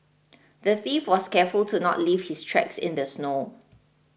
the thief was careful to not leave his tracks in the snow